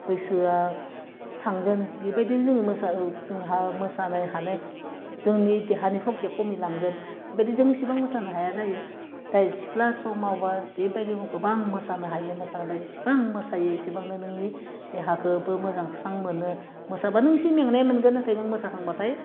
बैसोआ थांगोन बेबायदिनो जोङो मोसा ओह जोंहा मोसानो हानो जोंनि देहानि हकटिआ खमिलांगोन बिदि जों इसिबां मोसानो हाया जायो जाय सिख्ला समाव बा बेबायदि गोबां मोसानो हायो मोसाबाय इसिबां मोसायो इसिबांनो नोंनि देहाखोबो मोजां स्रां मोनो मोसाबानो नों एसे मेंनाय मोनगोन नाथाय